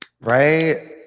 right